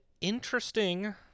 interesting